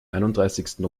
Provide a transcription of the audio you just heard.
einunddreißigsten